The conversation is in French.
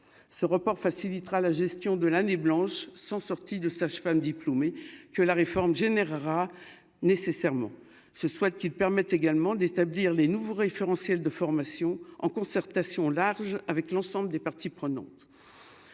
ce report facilitera la gestion de l'année blanche sont sortis de sages-femmes diplômés que la réforme générera nécessairement ce soit qui permettent également d'établir les nouveaux référentiels de formation en concertation large avec l'ensemble des parties prenantes,